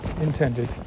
intended